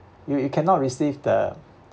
you you cannot receive the